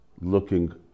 looking